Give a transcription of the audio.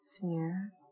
fear